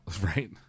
Right